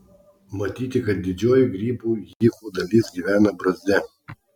matyti kad didžioji grybų hifų dalis gyvena brazde